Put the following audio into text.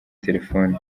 telefoni